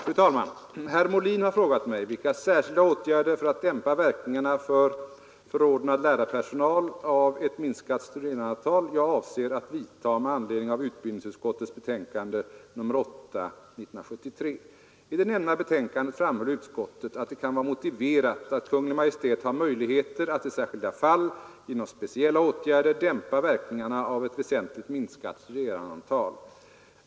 Fru talman! Herr Molin har frågat mig vilka särskilda åtgärder för att dämpa verkningarna för förordnad lärarpersonal av ett minskat studerandeantal jag avser att vidta med anledning av utbildningsutskottets betänkande nr 8 år 1973. I det nämnda betänkandet framhöll utskottet att det ”kan vara motiverat att Kungl. Maj:t har möjligheter att i särskilda fall genom speciella åtgärder dämpa verkningarna av ett väsentligt minskat studerandeantal”.